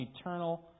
eternal